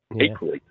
Equally